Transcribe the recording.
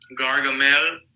gargamel